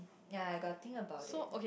ya I got think about it